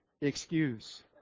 excuse